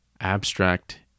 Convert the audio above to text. Abstract